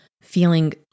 feeling